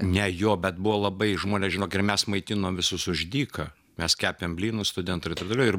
ne jo bet buvo labai žmonės žino gi ir mes maitinom visus už dyka mes kepėm blynus studentai ir taip toliau